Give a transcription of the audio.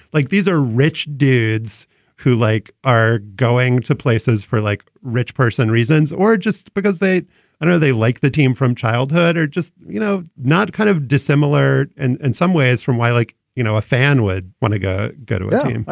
like these are rich dudes who, like, are going to places for like rich person reasons or just because they know they like the team from childhood or just, you know, not kind of dissimilar and in some ways from why, like, you know, a fan would want to go get to it um i